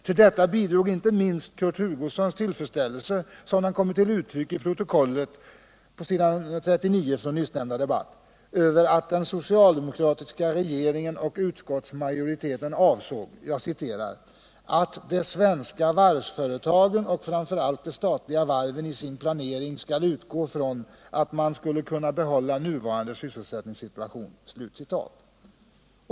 Till detta bidrog nog inte minst Kurt Hugossons tillfreds ställelse — som den kommer till uttryck på s. 39 i protokollet från nyssnämnda debatt — över att den socialdemokratiska regeringen och utskottsmajoriteten ansåg ”att de svenska varvsföretagen och framför allt de statliga varven i sin planering skall utgå från att man skulle kunna behålla nuvarande sysselsättningssituation”.